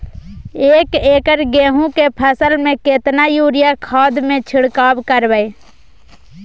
एक एकर गेहूँ के फसल में केतना यूरिया खाद के छिरकाव करबैई?